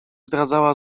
zdradzała